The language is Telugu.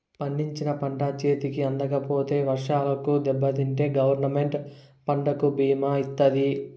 పండించిన పంట చేతికి అందకపోతే వర్షాలకు దెబ్బతింటే గవర్నమెంట్ పంటకు భీమా ఇత్తాది